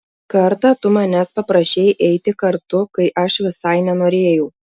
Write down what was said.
kartą tu manęs paprašei eiti kartu kai aš visai nenorėjau